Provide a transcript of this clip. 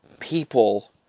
people